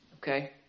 Okay